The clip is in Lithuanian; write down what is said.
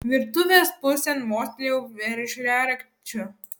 virtuvės pusėn mostelėjau veržliarakčiu